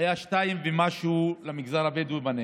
היו 2 ומשהו למגזר הבדואי בנגב,